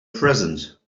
present